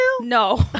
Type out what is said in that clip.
No